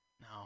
No